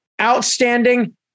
outstanding